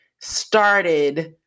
started